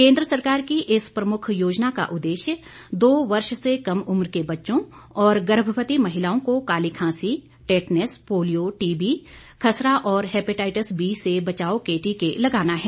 केन्द्र सरकार की इस प्रमुख योजना का उद्देश्य दो वर्ष से कम उम्र के बच्चों और गर्भवती महिलाओं को काली खांसी टैटनेस पोलियो टीबी खसरा और हेपेटाइटिस बी से बचाव के टीके लगाना है